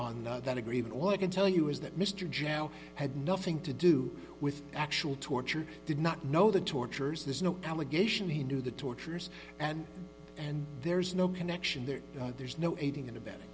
on that agreement all i can tell you is that mr jack had nothing to do with actual torture did not know the tortures there's no allegation he knew the tortures and and there's no connection there there's no aiding and abetting